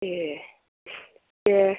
ए दे